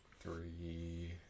three